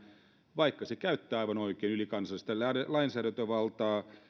vaikka se käyttää aivan oikein ylikansallista lainsäädäntövaltaa